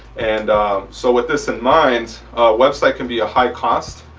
and so with this in mind website can be a high cost.